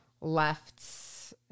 left